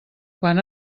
quan